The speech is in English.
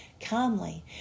calmly